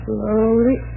Slowly